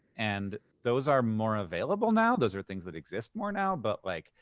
and those are more available now. those are things that exist more now. but like,